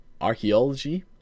archaeology